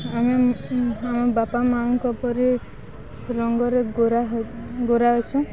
ଆମେ ଆମ ବାପା ମାଆଙ୍କ ପରି ରଙ୍ଗରେ ଗୋରା ଗୋରା ଅଛୁଁ